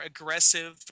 aggressive